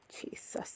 Jesus